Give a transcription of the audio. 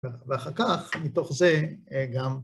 ‫ואחר כך מתוך זה גם...